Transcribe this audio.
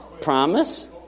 Promise